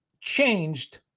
changed